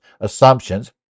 assumptions